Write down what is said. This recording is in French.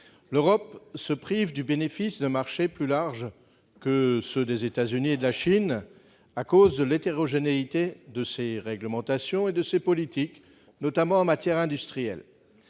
l'Europe se prive du bénéfice d'un marché plus large que ceux des États-Unis et de la Chine à cause de l'hétérogénéité de ses réglementations et de ses politiques, notamment en matière industrielle.